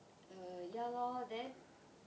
err ya lor then